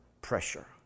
pressure